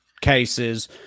cases